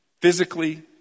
Physically